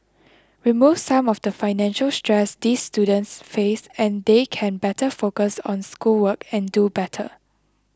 remove some of the financial stress these students face and they can better focus on schoolwork and do better